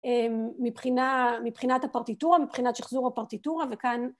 מבחינת הפרטיטורה, מבחינת שחזור הפרטיטורה וכאן